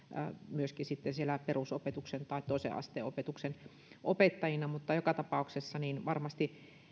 myöskin siellä perusopetuksen tai toisen asteen opetuksen opettajina mutta joka tapauksessa varmasti